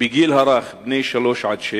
בגיל הרך, בני שלוש-שש.